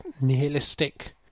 nihilistic